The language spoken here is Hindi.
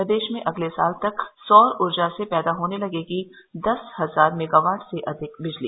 प्रदेश में अगले साल तक सौर ऊर्जा से पैदा होने लगेगी दस हजार मेगावाट से अधिक बिजली